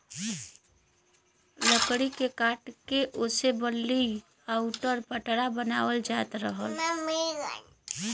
लकड़ी के काट के ओसे बल्ली आउर पटरा बनावल जात रहल